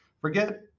forget